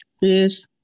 Yes